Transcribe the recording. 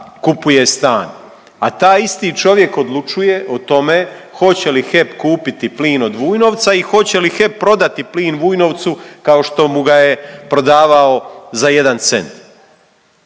A taj isti čovjek odlučuje o tome hoće li HEP kupiti plin od Vujnovca i hoće li HEP prodati plin Vujnovcu kao što mu ga je prodavao za 1 cent.